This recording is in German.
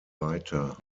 weiter